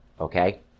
Okay